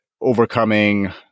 overcoming